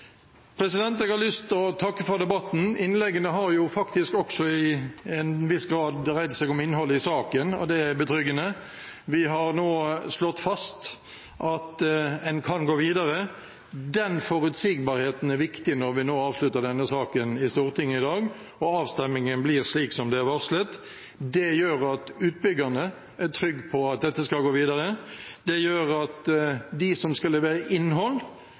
Jeg har lyst til å takke for debatten. Innleggene har faktisk i en viss grad dreid seg om innholdet i saken også, og det er betryggende. Vi har nå slått fast at en kan gå videre. Den forutsigbarheten er viktig når vi nå avslutter denne saken i Stortinget i dag og avstemningen blir slik som det er varslet. Det gjør at utbyggerne er trygge på at dette skal gå videre, det gjør at de som skal levere innhold,